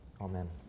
Amen